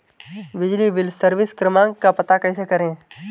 बिजली bill service क्रमांक का पता कैसे करें?